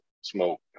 Smoke